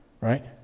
Right